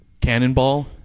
Cannonball